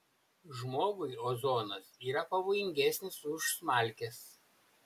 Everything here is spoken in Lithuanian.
žmogui ozonas yra pavojingesnis už smalkes